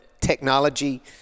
technology